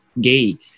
gay